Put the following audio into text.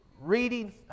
reading